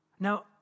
Now